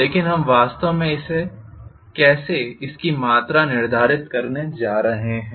लेकिन हम वास्तव में इसे कैसे इसकी मात्रा निर्धारित करने जा रहे हैं